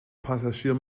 passagier